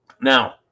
Now